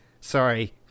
Sorry